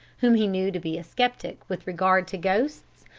whom he knew to be a sceptic with regard to ghosts,